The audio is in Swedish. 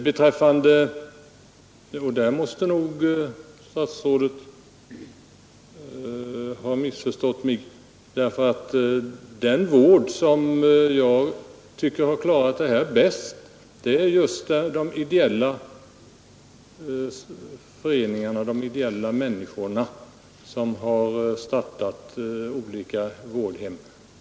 Sedan måste också statsrådet Lidbom ha missförstått mig, ty den vård som jag tycker har klarat arbetet bäst är just den som utförts av de ideella föreningar och människor som startat olika vårdhem.